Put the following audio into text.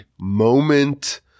moment